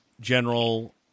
General